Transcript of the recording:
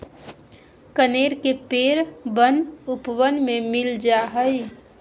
कनेर के पेड़ वन उपवन में मिल जा हई